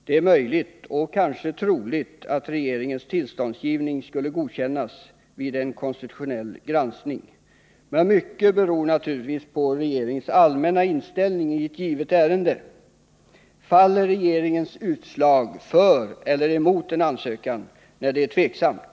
Det är möjligt och kanske troligt att regeringens tillståndsgivning skulle godkännas vid en konstitutionsgranskning, men mycket beror naturligtvis på regeringens allmänna inställning i ett givet ärende. Faller regeringens utslag för eller emot en ansökan när det råder tveksamhet?